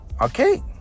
okay